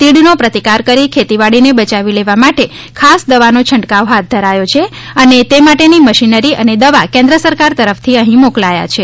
તિડનો પ્રતિકાર કરી ખેતીવાડીને બચાવી લેવા માટે ખાસ દવાનો છંટકાવ હાથ ધરાયો છે અને તે માટેની મશીનરી અને દવા કેન્દ્ર સરકાર તરફથી અહીં મોકલાયા છે